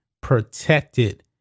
protected